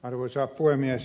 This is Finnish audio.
arvoisa puhemies